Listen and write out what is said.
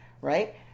Right